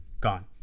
gone